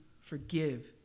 forgive